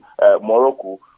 Morocco